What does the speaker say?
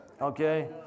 Okay